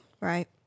Right